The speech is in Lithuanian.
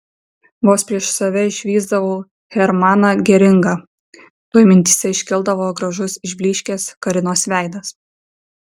vos prieš save išvysdavau hermaną geringą tuoj mintyse iškildavo gražus išblyškęs karinos veidas